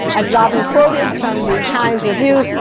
as robyn quoted from the times review,